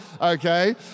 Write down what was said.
okay